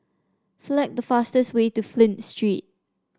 select the fastest way to Flint Street